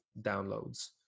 downloads